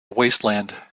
wasteland